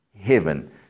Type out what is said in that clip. heaven